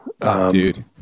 dude